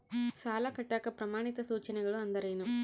ಸಾಲ ಕಟ್ಟಾಕ ಪ್ರಮಾಣಿತ ಸೂಚನೆಗಳು ಅಂದರೇನು?